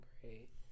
great